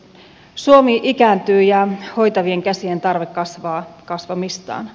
suomi ikääntyy ja hoitavien käsien tarve kasvaa kasvamistaan